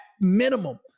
minimum